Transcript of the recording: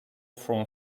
from